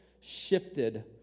shifted